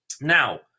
Now